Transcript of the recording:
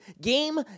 game